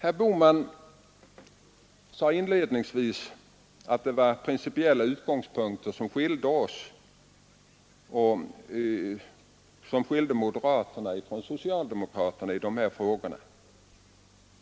Herr Bohman sade inledningsvis att det var principiella utgångspunkter som skiljde moderaterna från socialdemokraterna i de här frågorna.